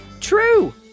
true